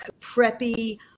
preppy